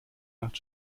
macht